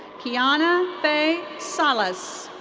kiana fey salas.